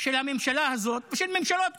של הממשלה הזאת ושל ממשלות קודמות,